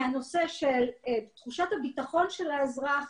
מהנושא של תחושת הביטחון של האזרח,